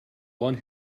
one